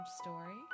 Story